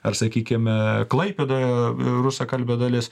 ar sakykim klaipėdoje rusakalbė dalis